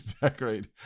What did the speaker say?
decorate